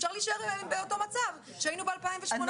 אפשר להישאר באותו מצב שהיינו ב-2018,